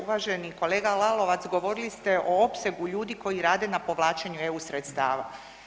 Uvaženi kolega Lalovac, govorili ste o opsegu ljudi koji rade na povlačenju EU sredstava.